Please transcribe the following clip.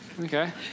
okay